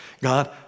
God